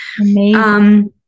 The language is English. Amazing